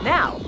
Now